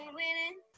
winning